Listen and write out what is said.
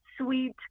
sweet